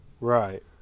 Right